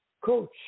Coach